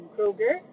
Kroger